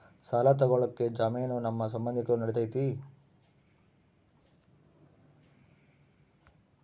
ಸಾಲ ತೊಗೋಳಕ್ಕೆ ಜಾಮೇನು ನಮ್ಮ ಸಂಬಂಧಿಕರು ನಡಿತೈತಿ?